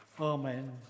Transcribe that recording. Amen